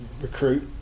recruit